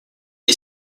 est